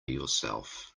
yourself